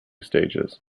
stages